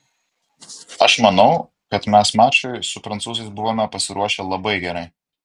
aš manau kad mes mačui su prancūzais buvome pasiruošę labai gerai